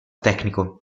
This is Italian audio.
tecnico